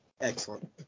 Excellent